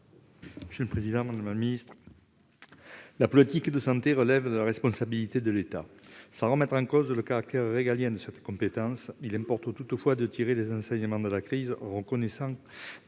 présenter l'amendement n° 798 rectifié. La politique de santé relève de la responsabilité de l'État. Sans remettre en cause le caractère régalien de cette compétence, il importe de tirer les enseignements de la crise, en reconnaissant